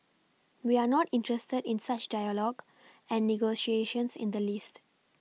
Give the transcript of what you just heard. we are not interested in such dialogue and negotiations in the least